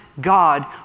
God